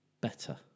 better